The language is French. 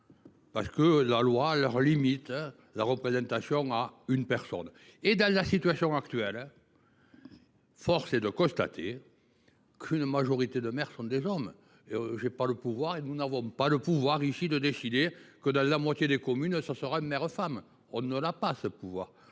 parce que la loi limite leur représentation à une personne. Or, dans la situation actuelle, force est de constater qu’une majorité des maires sont des hommes, et nous n’avons pas le pouvoir ici de décider que la moitié des communes aura une femme comme maire. Nous ne pouvons,